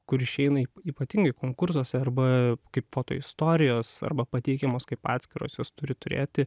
kur išeina ypatingai konkursuose arba kaip foto istorijos arba pateikiamos kaip atskiros jos turi turėti